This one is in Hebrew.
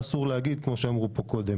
ואז באמת כל הדבר הזה ישתנה.